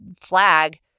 Flag